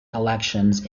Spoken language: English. elections